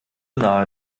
nahe